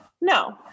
No